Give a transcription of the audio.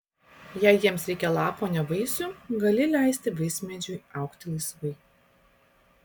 jei jiems reikia lapų o ne vaisių gali leisti vaismedžiui augti laisvai